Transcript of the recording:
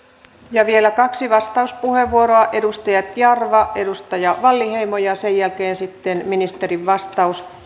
vielä kaksi vastauspuheenvuoroa edustaja jarva edustaja wallinheimo ja sen jälkeen sitten ministerin vastaus